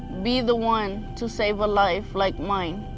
be the one to save a life like mine.